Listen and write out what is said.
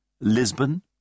Lisbon